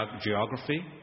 geography